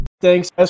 Thanks